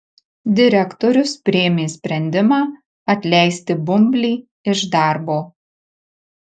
direktorius priėmė sprendimą atleisti bumblį iš darbo